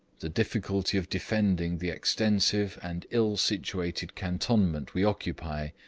the difficulty of defending the extensive and ill-situated cantonment we occupy,